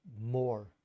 more